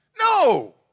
No